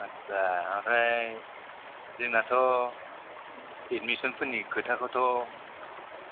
आदसा आमफ्राइ जोंनाथ' एडमिसनफोरनि खोथाखौथ'